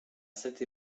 cette